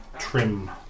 Trim